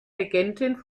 regentin